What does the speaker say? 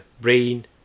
brain